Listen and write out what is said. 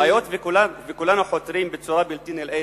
היות שכולנו חותרים בצורה בלתי נלאית,